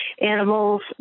animals